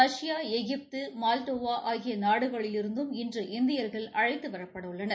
Russia Egypt Moldova ஆகிய நாடுகளிலிருந்தும் இன்று இந்தியா்கள் அழைத்து வரப்படவுள்ளனர்